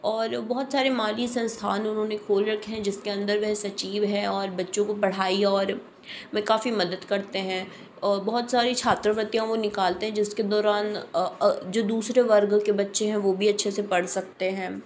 और बहुत सारे माली संस्थान उन्होंने खोल रखे हैं जिसके अंदर वह सचिव है और बच्चों को पढ़ाई और में काफ़ी मदद करते हैं और बहुत सारी छात्रवृत्तियाँ वो निकालते हैं जिसके दौरान जो दूसरे वर्ग के बच्चे हैं वो भी अच्छे से पढ़ सकते हैं